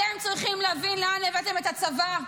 אתם צריכים להבין לאן הבאתם את הצבא.